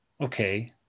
okay